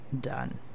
done